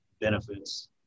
benefits